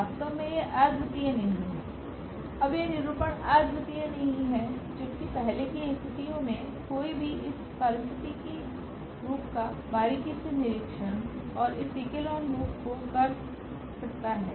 वास्तव में यह अद्वितीय नहीं है अब यह निरूपण अद्वितीय नहीं है जबकि पहले की स्थितियों में कोई भी इस पारिस्थितिकी रूप का बारीकी से निरीक्षण और इस एक्लोन रूप को कर सकता है